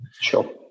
Sure